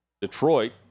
Detroit